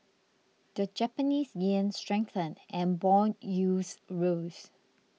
the Japanese yen strengthened and bond yields rose